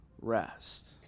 rest